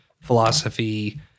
philosophy